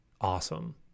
awesome